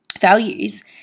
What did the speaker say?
values